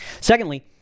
Secondly